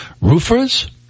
Roofers